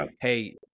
hey